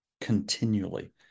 continually